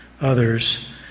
others